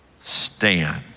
stand